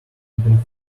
been